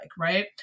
right